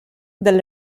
dal